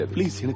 Please